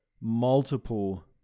multiple